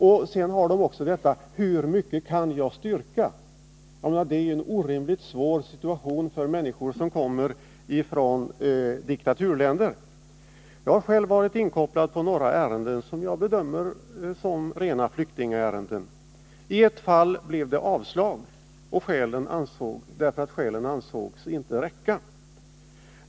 De måste också fråga sig: Hur mycket kan jag styrka? Det är ju en orimligt svår situation för människor som kommer från diktaturländer. Jag har själv varit inkopplad på några ärenden som jag bedömer som rena flyktingärenden. I ett fall blev det avslag på ansökan, eftersom skälen inte ansågs räcka.